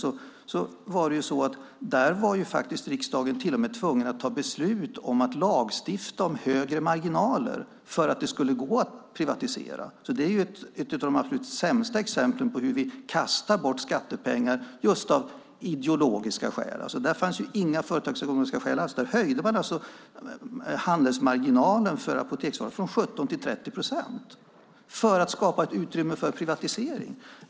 Men i det avseendet var riksdagen till och med tvungen att fatta beslut om att lagstifta om högre marginaler - detta för att det skulle gå att privatisera. Det är ett av de absolut sämsta exemplen på hur vi av just ideologiska skäl kastar bort skattepengar. Det fanns inga företagsekonomiska skäl alls, utan man höjde handelsmarginalen för apoteksvaror från 17 procent till 30 procent för att skapa ett utrymme för privatisering.